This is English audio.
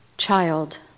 Child